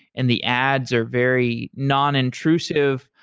and the ads are very nonintrusive.